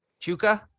Chuka